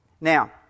Now